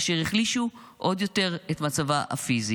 אשר החלישו עוד יותר את מצבה הפיזי.